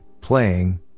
playing